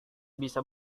bisa